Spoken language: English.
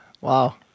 Wow